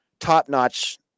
top-notch